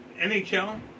NHL